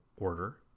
order